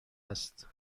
هست